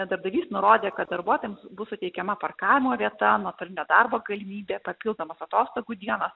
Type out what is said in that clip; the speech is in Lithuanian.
darbdavys nurodė kad darbuotojams bus suteikiama parkavimo vieta nuotolinio darbo galimybė papildomos atostogų dienos